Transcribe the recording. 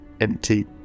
empty